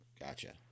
Gotcha